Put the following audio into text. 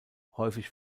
häufig